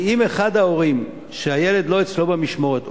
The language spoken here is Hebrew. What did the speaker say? כי אם אחד ההורים שהילד לא אצלו במשמורת,